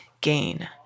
gain